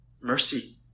mercy